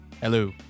Hello